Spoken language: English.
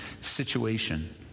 situation